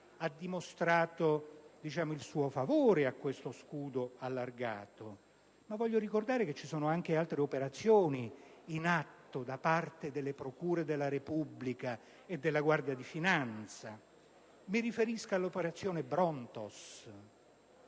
che sono a favore di questo scudo allargato. Voglio però ricordare che ci sono anche altre operazioni in atto da parte delle procure della Repubblica e della Guardia di finanza. Mi riferisco all'operazione Brontos.